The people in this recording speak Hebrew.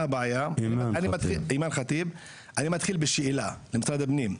מה הבעיה אני מתחיל בשאלה למשרד הפנים,